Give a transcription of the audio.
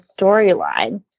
storyline